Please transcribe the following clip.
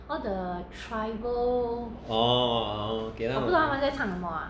orh